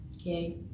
okay